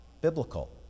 biblical